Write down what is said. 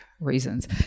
reasons